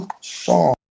song